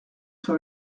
sur